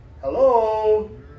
hello